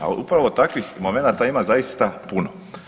A upravo takvih momenata ima zaista puno.